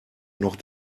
noch